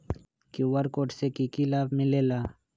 QR code से कि कि लाव मिलेला?